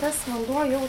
tas vanduo jau